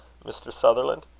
mr. sutherland?